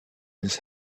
his